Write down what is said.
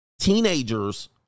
teenagers